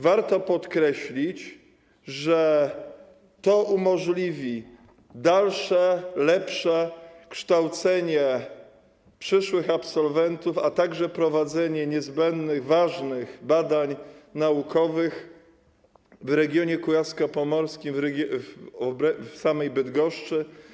Warto podkreślić, że to umożliwi dalsze, lepsze kształcenie przyszłych absolwentów, a także prowadzenie ważnych, niezbędnych badań naukowych w regionie kujawsko-pomorskim i w samej Bydgoszczy.